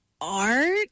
Art